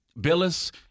Billis